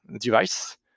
device